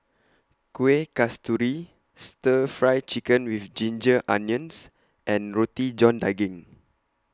Kueh Kasturi Stir Fry Chicken with Ginger Onions and Roti John Daging